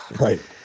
Right